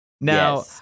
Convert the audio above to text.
Now